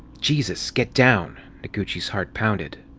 jesus, get down! noguchi's heart pounded.